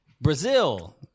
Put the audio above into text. Brazil